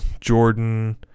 Jordan